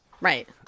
Right